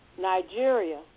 Nigeria